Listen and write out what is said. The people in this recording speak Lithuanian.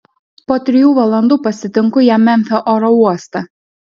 po trijų valandų pasitinku ją memfio oro uoste